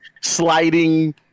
sliding